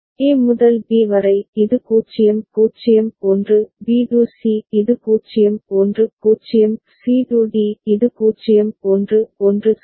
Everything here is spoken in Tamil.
A முதல் b வரை இது 0 0 1 b to c இது 0 1 0 c to d இது 0 1 1 சரி